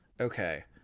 Okay